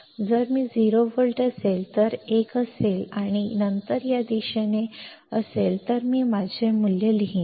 जर हे 0 व्होल्ट असेल हे 1 असेल आणि नंतर या दिशेने असेल तर मी माझे मूल्य लिहीन